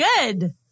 Good